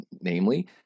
namely